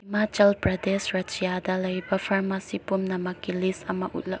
ꯍꯤꯃꯥꯆꯜ ꯄ꯭ꯔꯗꯦꯁ ꯔꯥꯖ꯭ꯌꯥꯗ ꯂꯩꯕ ꯐꯥꯔꯃꯥꯁꯤ ꯄꯨꯝꯅꯃꯛꯀꯤ ꯂꯤꯁ ꯑꯃ ꯎꯠꯂꯛꯎ